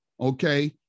okay